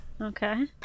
Okay